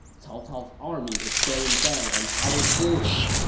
cao cao's army is bearing down on our borders,